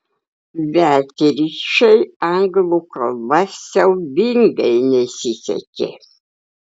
beatričei anglų kalba siaubingai nesisekė